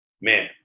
man